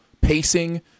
pacing